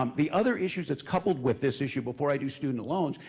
um the other issue that's coupled with this issue before i do student loans,